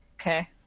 Okay